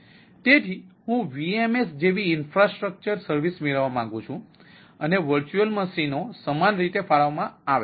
તેથી હું VMS જેવી ઇન્ફ્રાસ્ટ્રક્ચર સર્વિસ મેળવવા માંગુ છું અને વર્ચ્યુઅલ મશીનો સમાન રીતે ફાળવવામાં આવે છે